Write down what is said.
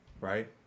Right